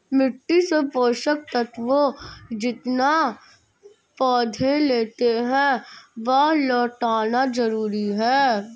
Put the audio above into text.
मिट्टी से पोषक तत्व जितना पौधे लेते है, वह लौटाना जरूरी है